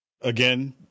again